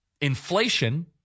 inflation